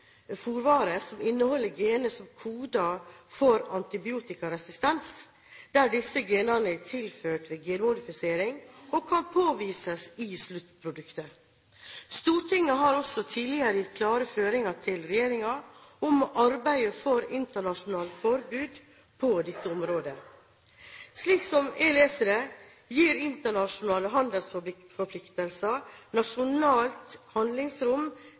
fôrvare som inneholder gener som koder for antibiotikaresistens, der disse genenene er tilført ved genmodifisering og kan påvises i sluttproduktet. Stortinget har også tidligere gitt klare føringer til regjeringen om arbeidet for internasjonalt forbud på dette området. Slik jeg leser det, gir internasjonale handelsforpliktelser nasjonalt handlingsrom